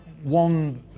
One